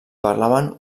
parlaven